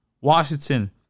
Washington